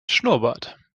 schnurrbart